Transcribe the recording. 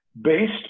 based